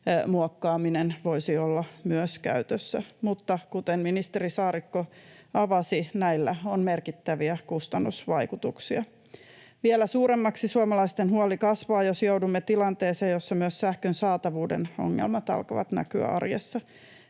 muokkaaminen voisi myös olla käytössä. Mutta kuten ministeri Saarikko avasi, näillä on merkittäviä kustannusvaikutuksia. Vielä suuremmaksi suomalaisten huoli kasvaa, jos joudumme tilanteeseen, jossa myös sähkön saatavuuden ongelmat alkavat näkyä arjessa.